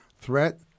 Threat